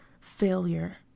failure